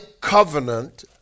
covenant